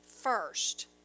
first